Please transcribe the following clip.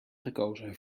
gekozen